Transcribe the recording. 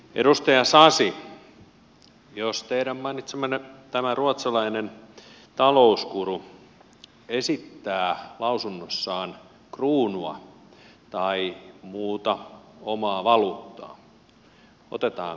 edustaja sasi jos tämä teidän mainitsemanne ruotsalainen talousguru esittää lausunnossaan kruunua tai muuta omaa valuuttaa otetaanko se vakavasti